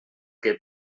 que